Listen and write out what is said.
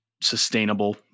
sustainable